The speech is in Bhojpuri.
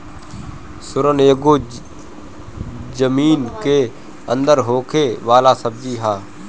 सुरन एगो जमीन के अंदर होखे वाला सब्जी हअ